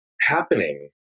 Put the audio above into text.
happening